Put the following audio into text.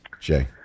Jay